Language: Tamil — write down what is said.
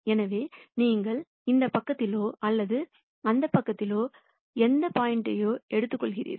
எனவே நீங்கள் இந்த பக்கத்திலோ அல்லது அந்த பக்கத்திலோ எந்த பாயிண்ட்யையோ எடுத்துக்கொள்கிறீர்கள்